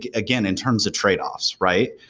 again, in terms of trade-offs, right?